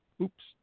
oops